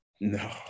no